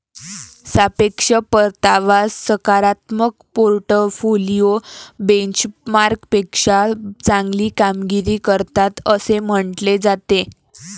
सापेक्ष परतावा सकारात्मक पोर्टफोलिओ बेंचमार्कपेक्षा चांगली कामगिरी करतात असे म्हटले जाते